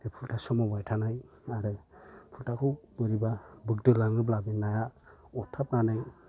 बे फुलथा सोमावबाय थानाय आरो फुलथाखौ बोरैबा बोगदोलाङोब्ला बे नाया अरथाबनानै